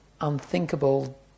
unthinkable